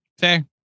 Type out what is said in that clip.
Fair